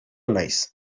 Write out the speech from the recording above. naiz